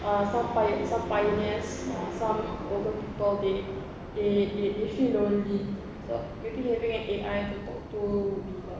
uh some uh some pioneers or some older people they they they they feel lonely so maybe having an A_I to talk to would be like